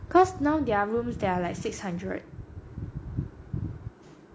ya cause now their rooms there are like six hundred